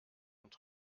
und